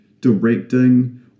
directing